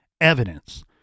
evidence